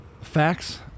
Facts